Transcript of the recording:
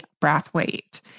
Brathwaite